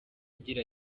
agira